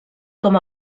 com